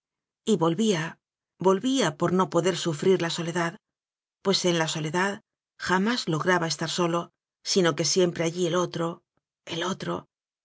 soledad y volvía volvía por no poder sufrir la soledad pues en la soledad jamás lograba estar solo sino que siempre allí el otro el otro